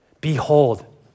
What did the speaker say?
Behold